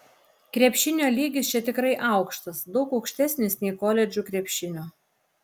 krepšinio lygis čia tikrai aukštas daug aukštesnis nei koledžų krepšinio